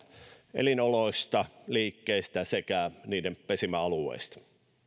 elinoloista liikkeistä sekä niiden pesimäalueista